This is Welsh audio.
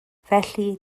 felly